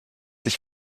sich